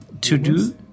to-do